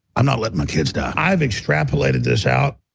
i'm not letting my kids die. i've extrapolated this out,